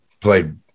played